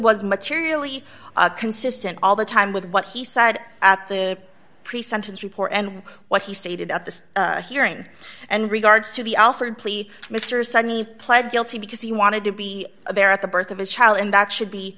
was materially consistent all the time with what he said at the pre sentence report and what he stated at the hearing and regards to the alford plea mr sunny pled guilty because he wanted to be there at the birth of his child and that should be